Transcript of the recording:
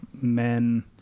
Men